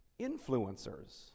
influencers